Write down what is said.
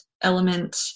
element